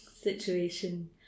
situation